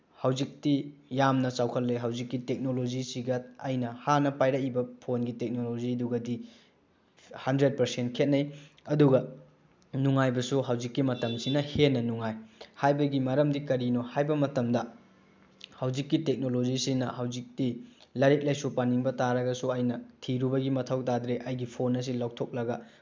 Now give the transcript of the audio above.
ꯍꯧꯖꯤꯛꯇꯤ ꯌꯥꯝꯅ ꯆꯥꯎꯈꯠꯂꯦ ꯍꯧꯖꯤꯛꯀꯤ ꯇꯦꯛꯅꯣꯂꯣꯖꯤꯁꯤꯒ ꯑꯩꯅ ꯍꯥꯟꯅ ꯄꯥꯏꯔꯛꯏꯕ ꯐꯣꯟꯒꯤ ꯇꯦꯛꯅꯣꯂꯣꯖꯤꯗꯨꯒꯗꯤ ꯍꯟꯗ꯭ꯔꯦꯠ ꯄꯔꯁꯦꯟ ꯈꯦꯠꯅꯩ ꯑꯗꯨꯒ ꯅꯨꯡꯉꯥꯏꯕꯁꯨ ꯍꯧꯖꯤꯛꯀꯤ ꯃꯇꯝ ꯑꯁꯤꯅ ꯍꯦꯟꯅ ꯅꯨꯡꯉꯥꯏ ꯍꯥꯏꯕꯒꯤ ꯃꯔꯝꯗꯤ ꯀꯔꯤꯅꯣ ꯍꯥꯏꯕ ꯃꯇꯝꯗ ꯍꯧꯖꯤꯛꯀꯤ ꯇꯦꯛꯅꯣꯂꯣꯖꯤꯁꯤꯅ ꯍꯧꯖꯤꯛꯇꯤ ꯂꯥꯏꯔꯤꯛ ꯂꯥꯏꯁꯨ ꯄꯥꯅꯤꯡꯕ ꯇꯥꯔꯒꯗꯤ ꯑꯩꯅ ꯊꯤꯔꯨꯕꯒꯤ ꯃꯊꯧ ꯇꯥꯗ꯭ꯔꯦ ꯑꯩꯒꯤ ꯐꯣꯟ ꯑꯁꯤ ꯂꯧꯊꯣꯛꯂꯒ